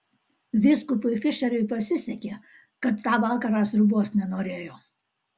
vyskupui fišeriui pasisekė kad tą vakarą sriubos nenorėjo